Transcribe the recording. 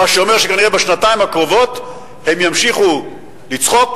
מה שאומר שכנראה בשנתיים הקרובות הם ימשיכו לצחוק,